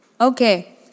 Okay